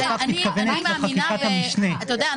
אני מאמינה ב אתה יודע,